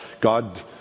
God